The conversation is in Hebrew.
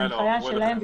ההנחיה שלהם,